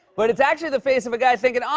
but it's actually the face of a guy thinking, oh,